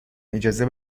اجازه